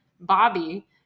Bobby